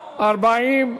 נתקבלה.